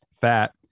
fat